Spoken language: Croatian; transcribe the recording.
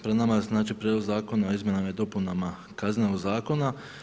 Pred nama je prijedlog zakona o izmjenama i dopunama Kaznenog zakona.